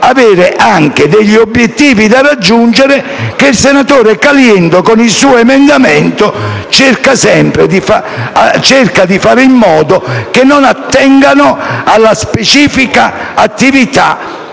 avere anche degli obiettivi da raggiungere, che il senatore Caliendo, con l'emendamento presentato, cerca di fare in modo che non attengano alla specifica attività